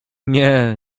nie